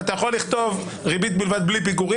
ואתה יכול לכתוב ריבית בלבד בלי פיגורים.